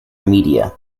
media